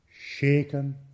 shaken